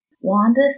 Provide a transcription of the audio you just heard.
Wanda